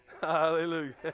Hallelujah